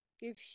Give